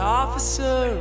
officer